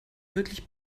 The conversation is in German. wirklich